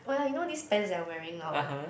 !walao! you know these pants that I'm wearing now